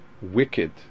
wicked